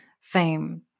fame